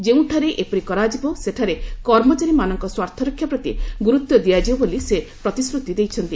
ଯେଉଁଠାରେ ଏପରି କରାଯିବ ସେଠାରେ କର୍ମଚାରୀମାନଙ୍କ ସ୍ୱାର୍ଥରକ୍ଷା ପ୍ରତି ଗୁରୁତ୍ୱ ଦିଆଯିବ ବୋଲି ସେ ପ୍ରତିଶ୍ରତି ଦେଇଛନ୍ତି